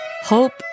hope